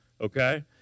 okay